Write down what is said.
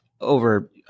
Over